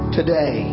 Today